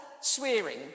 swearing